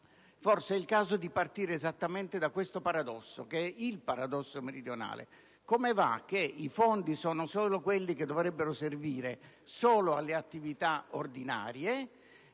forse è il caso di partire esattamente da questo paradosso, che è il paradosso meridionale: i fondi sono solo quelli che dovrebbero servire alle attività ordinarie,